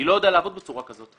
אני לא יודע לעבוד בצורה כזאת.